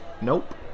Nope